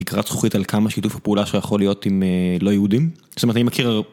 תקרת זכוכית על כמה שיתוף הפעולה שלה יכול להיות עם לא יהודים. זאת אומרת, אני מכיר...